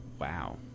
Wow